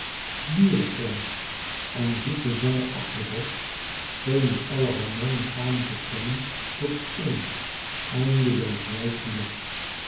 zonneschijn liereklank en zoete zange abderos schenen alle harmoniesch samen te stemmen tot eén eindeloos wijd geluk